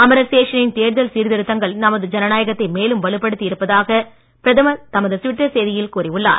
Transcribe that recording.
அமரர் சேஷனின் தேர்தல் சீர்திருத்தங்கள் நமது ஜனநாயகத்தை மேலும் வலுப்படுத்தி இருப்பதாக பிரதமர் தமது டுவிட்டர் செய்தியில் கூறியுள்ளார்